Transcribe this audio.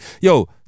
Yo